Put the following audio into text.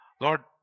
Lord